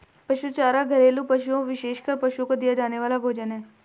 पशु चारा घरेलू पशुओं, विशेषकर पशुओं को दिया जाने वाला भोजन है